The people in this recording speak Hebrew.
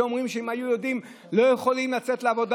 שאומרים שאם הם היו יודעים הם לא היו יוצאים לעבודה,